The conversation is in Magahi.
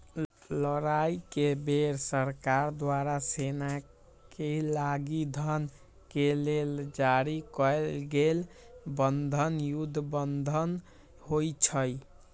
लड़ाई के बेर सरकार द्वारा सेनाके लागी धन के लेल जारी कएल गेल बन्धन युद्ध बन्धन होइ छइ